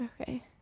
Okay